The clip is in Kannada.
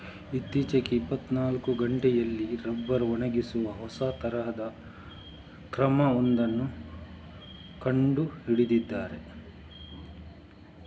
ಇತ್ತೀಚೆಗೆ ಇಪ್ಪತ್ತನಾಲ್ಕು ಗಂಟೆಯಲ್ಲಿ ರಬ್ಬರ್ ಒಣಗಿಸುವ ಹೊಸ ತರದ ಕ್ರಮ ಒಂದನ್ನ ಕಂಡು ಹಿಡಿದಿದ್ದಾರೆ